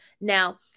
Now